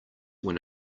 when